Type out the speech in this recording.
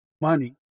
money